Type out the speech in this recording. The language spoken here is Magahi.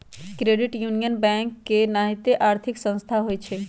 क्रेडिट यूनियन बैंक के नाहिते आर्थिक संस्था होइ छइ